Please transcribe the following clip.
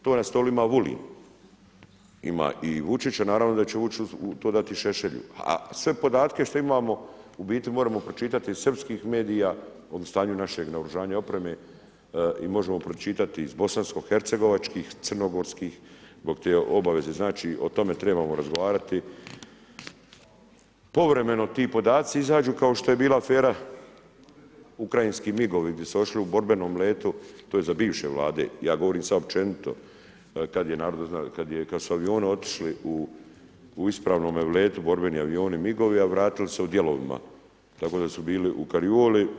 To na stolu ima Vulin, ima i Vučić, a naravno da će to Vučić dati Šešelju, a sve podatke koje imamo u biti moremo pročitati iz srpskih medija o stanju našeg naoružanja opreme i možemo pročitati iz bosanskohercegovačkih, crnogorskih zbog te obaveze o tome trebamo razgovarati povremeno ti podaci izađu kao što je bila afera ukrajinski MIG-ovi gdje su otišli u borbenom letu, to je za bivše vlade, ja govorim sada općenito kada su avioni otišli u ispravnome letu borbeni avioni MIG-ovi a vratili se u dijelovima tako da su bili u karioli.